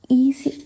Easy